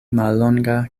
mallonga